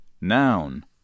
Noun